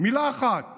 מילה אחת